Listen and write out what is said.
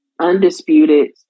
undisputed